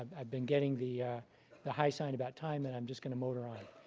um i've been getting the the hi sign about time, and i'm just going to motor on.